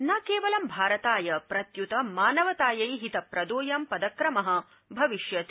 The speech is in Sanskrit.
न केवलं भारताय प्रत्यृत मानवतायै हितप्रदोयं पदक्रम भविष्यति